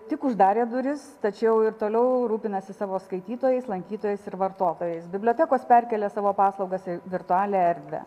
tik uždarė duris tačiau ir toliau rūpinasi savo skaitytojais lankytojais ir vartotojais bibliotekos perkėlė savo paslaugas į virtualią erdvę